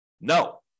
No